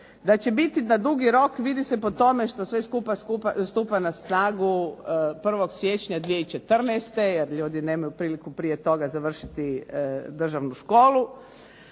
Da će biti na dugi rok vidi se po tome što sve skupa stupa na snagu 1. siječnja 2014. jer ljudi nemaju priliku prije toga završiti državnu školu.